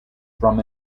from